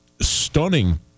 stunning